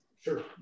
Sure